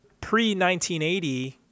pre-1980